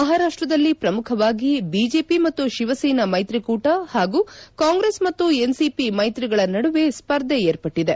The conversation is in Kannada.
ಮಹಾರಾಪ್ಸದಲ್ಲಿ ಪ್ರಮುಖವಾಗಿ ಬಿಜೆಪಿ ಮತ್ತು ಶಿವಸೇನಾ ಮ್ಯತ್ರಿಕೂಟ ಹಾಗೂ ಕಾಂಗ್ರೆಸ್ ಮತ್ತು ಎನ್ಸಿಪಿ ಮ್ಮೆತ್ರಿಗಳ ನಡುವೆ ಸ್ಪರ್ಧೆ ವಿರ್ಪಟ್ಟಿದೆ